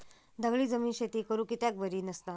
दगडी जमीन शेती करुक कित्याक बरी नसता?